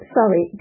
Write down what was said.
sorry